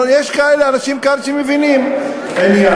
יש כאן אנשים כאלה שמבינים עניין.